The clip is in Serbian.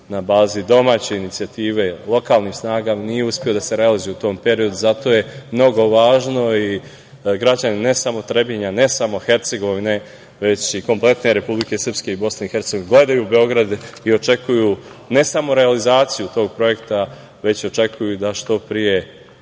na bazi domaće inicijative lokalnih snaga nije uspeo da se realizuje u tom periodu. Zato je mnogo važno i građani ne samo Trebinja, ne samo Hercegovine, već i kompletne Republike Srpske i Bosne i Hercegovine gledaju Beograd i očekuju ne samo realizaciju tog projekta, već očekuju i da što pre,